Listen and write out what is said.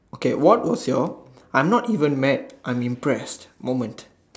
okay what was your I'm not even mad I'm impressed moment